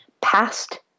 past